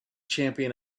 champion